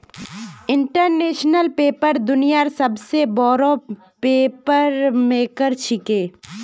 international paper दुनियार सबस बडका पेपर मेकर छिके